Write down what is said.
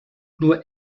nur